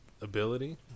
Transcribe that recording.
ability